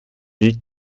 weg